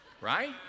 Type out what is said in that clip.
right